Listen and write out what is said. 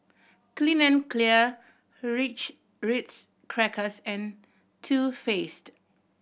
Clean and Clear Ritz Crackers and Too Faced